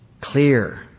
clear